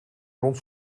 rond